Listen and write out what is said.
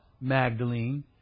Magdalene